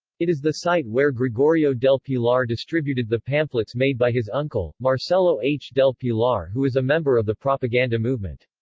it is the site where gregorio del pilar distributed the pamphlets made by his uncle, marcelo h. del pilar who is a member of the propaganda movement.